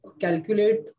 calculate